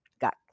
got